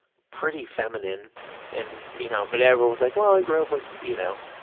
pretty feminine and, you know, but everyone was like, well, he grew up with, you know,